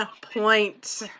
point